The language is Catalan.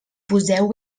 poseu